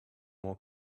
more